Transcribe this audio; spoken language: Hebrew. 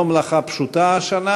לא מלאכה פשוטה השנה,